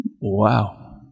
wow